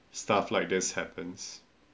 stuff like this happens